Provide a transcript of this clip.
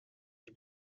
die